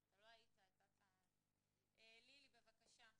לילי, בבקשה.